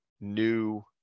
new